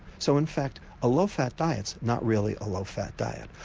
so in fact a low fat diet's not really a low fat diet,